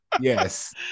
Yes